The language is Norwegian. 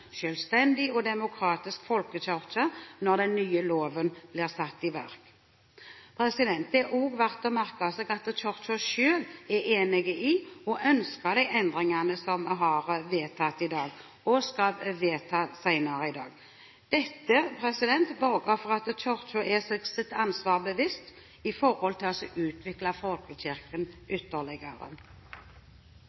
og demokratisk folkekirke når den nye loven blir satt i verk. Det er også verdt å merke seg at Kirken selv er enig i og ønsker de endringene som vi har vedtatt i dag, og de vi skal vedta senere i dag. Dette borger for at Kirken er seg sitt ansvar bevisst når det gjelder å utvikle folkekirken